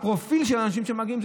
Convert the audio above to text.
הפרופיל של האנשים שמגיעים,